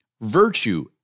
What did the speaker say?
virtue